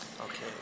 Okay